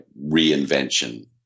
reinvention